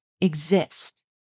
exist